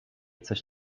coś